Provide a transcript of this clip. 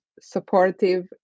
supportive